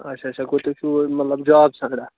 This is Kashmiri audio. اَچھا اَچھا گوٚو تُہۍ چھُو مطلب جاب ژھانٛڈان